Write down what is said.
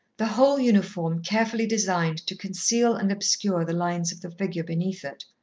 the whole uniform carefully designed to conceal and obscure the lines of the figure beneath it.